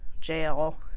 jail